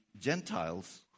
Gentiles